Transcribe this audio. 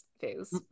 phase